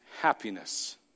happiness